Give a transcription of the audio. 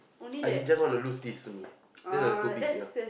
I just wanna lose this only just a little bit only